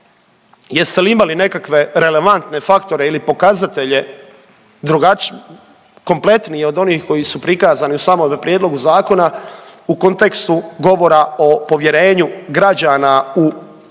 jeste li imali nekakve relevantne faktore ili pokazatelje kompletnije od onih koji su prikazani u samom prijedlogu zakona u kontekstu govora o povjerenju građana u